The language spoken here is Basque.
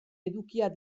edukiak